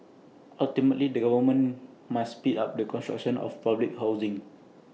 ultimately the government must speed up the construction of public housing